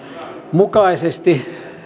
mukaisesti